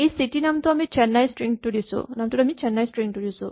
এই চিটী নামটোত আমি 'চেন্নাই' ষ্ট্ৰিং টো দিছো